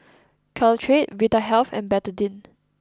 Caltrate Vitahealth and Betadine